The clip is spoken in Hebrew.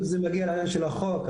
אז זה מגיע לעניין של החוק,